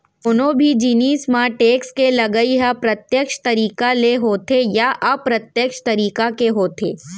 कोनो भी जिनिस म टेक्स के लगई ह प्रत्यक्छ तरीका ले होथे या अप्रत्यक्छ तरीका के होथे